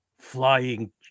flying